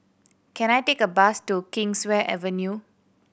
can I take a bus to Kingswear Avenue